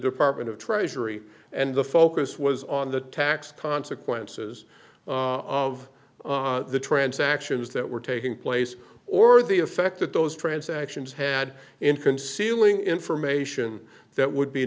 department of treasury and the focus was on the tax consequences of the transactions that were taking place or the effect that those transactions had in concealing information that would be